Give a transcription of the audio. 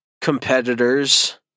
competitors